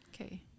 Okay